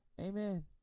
Amen